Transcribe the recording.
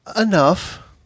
Enough